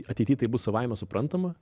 ateity tai bus savaime suprantama